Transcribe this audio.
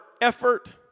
effort